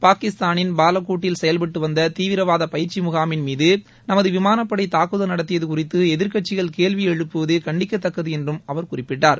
பாகிஸ்தானின் பாலக்கோட்டில் செயல்பட்டுவந்த தீவிரவாத பயிற்சி முகாமின் மீது நமது விமானப்படை தாக்குதல் நடத்தியது குறித்து எதிர்க்கட்சிகள் கேள்வி எழுப்புவது கண்டிக்கத்தக்கது என்றும் அவர் குறிப்பிட்டார்